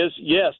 yes